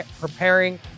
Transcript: preparing